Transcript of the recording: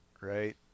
right